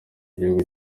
igihugu